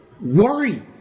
worry